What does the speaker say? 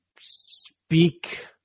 speak